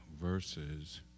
verses